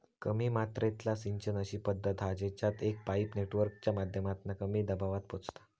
कमी मात्रेतला सिंचन अशी पद्धत हा जेच्यात एक पाईप नेटवर्कच्या माध्यमातना कमी दबावात पोचता